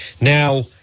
now